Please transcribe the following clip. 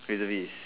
reservist